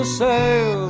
sail